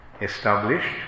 established